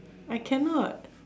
I cannot